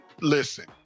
listen